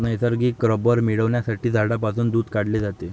नैसर्गिक रबर मिळविण्यासाठी झाडांपासून दूध काढले जाते